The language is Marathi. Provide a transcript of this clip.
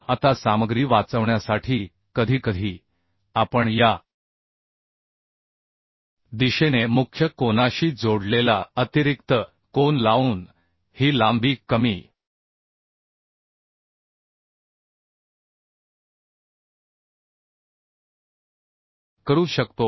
आता सामग्री वाचवण्यासाठी कधीकधी आपण या दिशेने मुख्य कोनाशी जोडलेला अतिरिक्त कोन लावून ही लांबी कमी करू शकतो